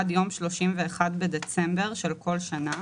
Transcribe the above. עד יום 31 בדצמבר של כל שנה,